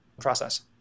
process